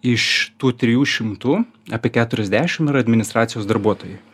iš tų trijų šimtų apie keturiasdešimt yra administracijos darbuotojai